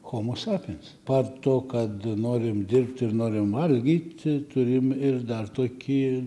chomo sapiens part to kad norim dirbt ir norim valgyti turim ir dar tokį